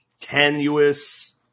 tenuous